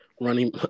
running